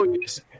Yes